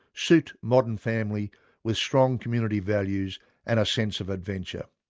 suit modern family with strong community values and a sense of adventure.